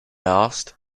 asked